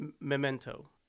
Memento